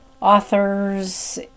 authors